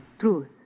truth